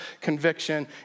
conviction